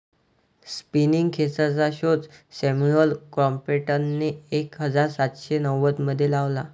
spinning खेचरचा शोध Samuel क्रॉम्प्टनने एक हजार सातशे नव्वदमध्ये लावला